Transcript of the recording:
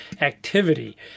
activity